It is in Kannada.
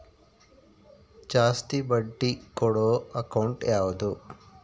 ಜಾಸ್ತಿ ಬಡ್ಡಿ ಕೊಡೋ ಅಕೌಂಟ್ ಯಾವುದು?